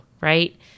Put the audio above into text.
right